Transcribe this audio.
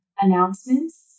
announcements